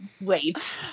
wait